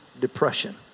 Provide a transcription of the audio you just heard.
depression